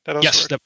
Yes